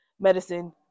medicine